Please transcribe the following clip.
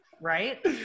Right